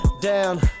down